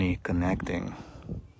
connecting